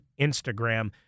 Instagram